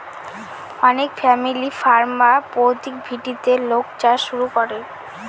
অনেক family farm বা পৈতৃক ভিটেতে লোক চাষ শুরু করে